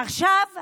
עכשיו,